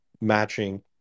matching